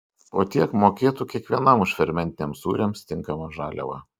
po tiek mokėtų kiekvienam už fermentiniams sūriams tinkamą žaliavą